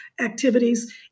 activities